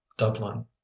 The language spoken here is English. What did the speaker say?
dublin